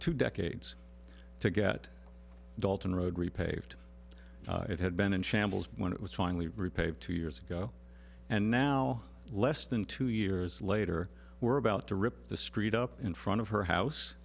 two decades to get dalton road repaved it had been in shambles when it was finally repaid two years ago and now less than two years later we're about to rip the street up in front of her house